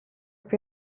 più